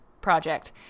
project